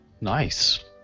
Nice